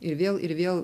ir vėl ir vėl